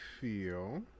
feel